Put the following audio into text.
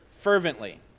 fervently